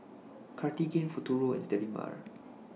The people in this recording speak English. Cartigain Futuro and Sterimar